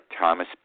Thomas